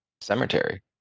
cemetery